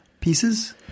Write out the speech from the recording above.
pieces